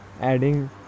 adding